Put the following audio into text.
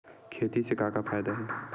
खेती से का का फ़ायदा हे?